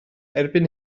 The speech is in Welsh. erbyn